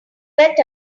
bet